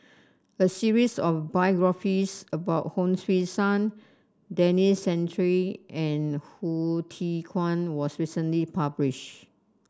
a series of biographies about Hon Sui Sen Denis Santry and Hsu Tse Kwang was recently published